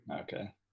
Okay